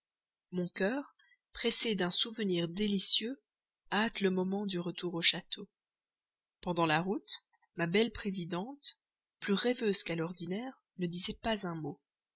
mon cœur pressé d'un souvenir délicieux hâte le moment du retour au château pendant la route ma belle présidente plus rêveuse qu'à l'ordinaire ne disait pas un mot